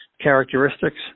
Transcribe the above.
characteristics